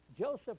Joseph